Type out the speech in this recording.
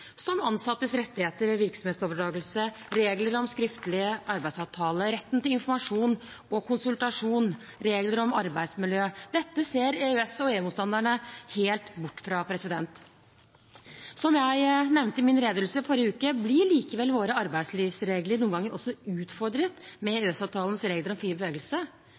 som ansattes rettigheter ved virksomhetsoverdragelse, regler om skriftlige arbeidsavtaler, retten til informasjon og konsultasjon og regler om arbeidsmiljø. Dette ser EØS- og EU-motstanderne helt bort fra. Som jeg nevnte i min redegjørelse forrige uke, blir likevel våre arbeidslivsregler noen ganger også utfordret med EØS-avtalens regler om fri bevegelse,